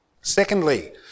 secondly